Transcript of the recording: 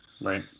Right